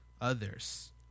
others